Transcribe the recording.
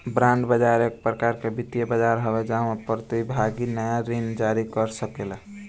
bond बाजार एक प्रकार के वित्तीय बाजार हवे जाहवा प्रतिभागी नाया ऋण जारी कर सकेला